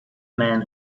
man